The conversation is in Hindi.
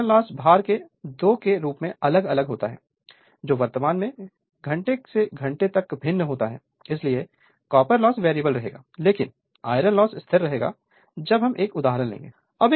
और आयरन लॉस भार के 2 के रूप में अलग अलग होता है जो वर्तमान में घंटे से घंटे तक भिन्न होता है इसलिए कॉपर लॉस वेरिएबल रहेगा लेकिन आयरन लॉस स्थिर रहेगा जब हम एक उदाहरण लेंगे